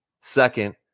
second